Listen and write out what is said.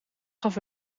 gaf